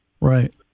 Right